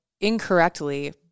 incorrectly